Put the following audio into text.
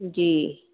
ਜੀ